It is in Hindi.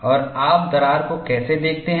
और आप दरार को कैसे देखते हैं